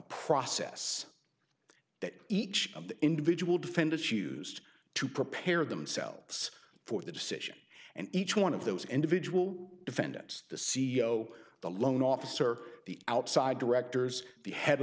process that each of the individual defendants used to prepare themselves for the decision and each one of those individual defendants the c e o the loan officer the outside directors the head